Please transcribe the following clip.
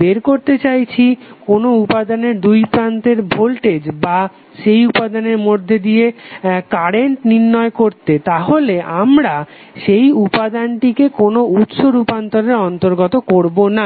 বের করতে চাইছি কোনো উপাদানের দুইপ্রান্তে ভোল্টেজ বা সেই উপাদানের মধ্যে দিয়ে কারেন্ট নির্ণয় করতে তাহলে আমরা সেই উপাদানটিকে কোনো উৎস রুপান্তরে অন্তর্গত করবো না